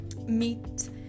meet